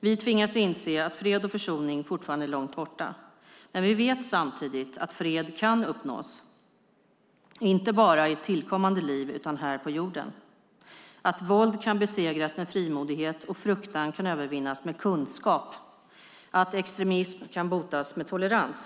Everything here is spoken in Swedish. Vi tvingas inse att fred och försoning fortfarande är långt borta. Men vi vet samtidigt att fred kan uppnås, inte bara i ett tillkommande liv utan här på jorden, att våld kan besegras med frimodighet, att fruktan kan övervinnas med kunskap och att extremism kan botas med tolerans.